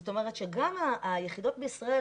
זאת אומרת שגם היחידות בישראל,